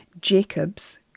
Jacobs